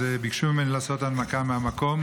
ביקשו ממני לעשות הנמקה מהמקום,